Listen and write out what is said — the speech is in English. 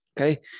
okay